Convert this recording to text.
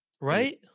Right